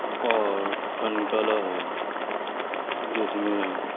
اور ٹھنتالا ہے جس میں